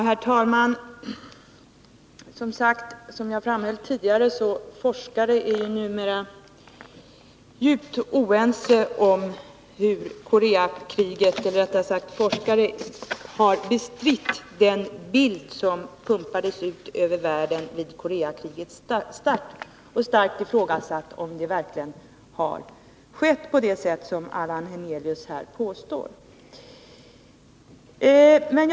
Herr talman! Som jag framhöll tidigare har forskare bestritt den bild som pumpades ut över världen vid Koreakrigets start. Man har starkt ifrågasatt om det verkligen har gått till på det sätt som Allan Hernelius här påstår att det har gjort.